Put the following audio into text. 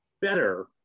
better